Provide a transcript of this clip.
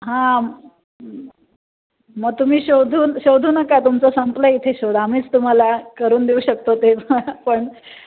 हां मग तुम्ही शोधून शोधू नका तुमचा संपला इथे शोध आम्हीच तुम्हाला करून देऊ शकतो तेव्हा पण